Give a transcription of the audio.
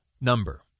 number